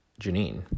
Janine